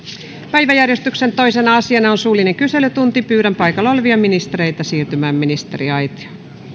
päiväjärjestyksen toisena asiana on suullinen kyselytunti pyydän paikalla olevia ministereitä siirtymään ministeriaitioon